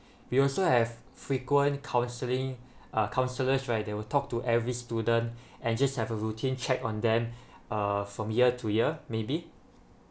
we also have frequent counselling uh counsellors right they will talk to every student and just have a routine check on them uh from year to year maybe